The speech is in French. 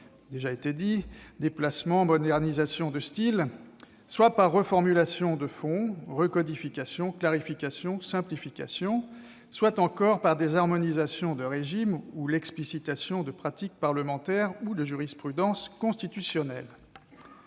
pure forme (déplacements, modernisations de style), soit par reformulations de fond (recodifications, clarifications, simplifications), soit encore par des harmonisations de régimes ou l'explicitation de pratiques parlementaires ou de jurisprudences constitutionnelles